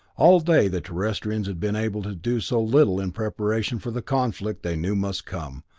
all day the terrestrians had been able to do so little in preparation for the conflict they knew must come,